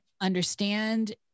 understand